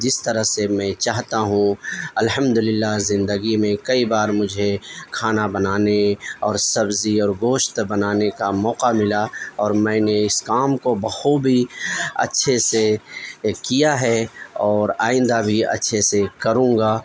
جس طرح سے میں چاہتا ہوں الحمد للہ زندگی میں کئی بار مجھے کھانا بنانے اور سبزی اور گوشت بنانے کا موقع ملا اور میں نے اس کام کو بخوبی اچھے سے کیا ہے اور آئندہ بھی اچھے سے کروں گا